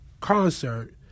concert